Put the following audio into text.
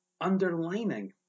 underlining